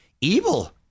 evil